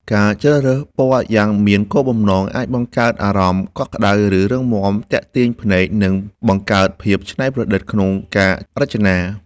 ការជ្រើសរើសពណ៌យ៉ាងមានគោលបំណង អាចបង្កើតអារម្មណ៍កក់ក្តៅ ឬរឹងមាំ ទាក់ទាញភ្នែក និងបង្កើតភាពច្នៃប្រឌិតក្នុងការរចនា។